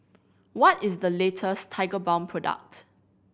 what is the latest Tigerbalm product